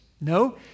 No